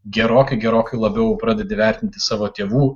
gerokai gerokai labiau pradedi vertinti savo tėvų